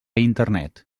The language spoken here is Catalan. internet